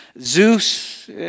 Zeus